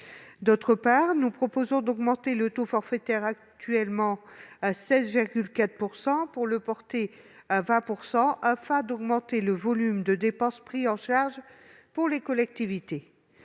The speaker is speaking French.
Ensuite, nous prévoyons d'augmenter le taux forfaitaire, qui est actuellement de 16,4 %, pour le porter à 20 %, afin d'augmenter le volume de dépenses pris en charge pour les collectivités.